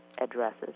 addresses